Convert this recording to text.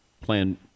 plan